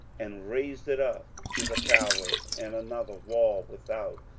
and raised it up to the towers, and another wall without,